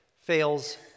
fails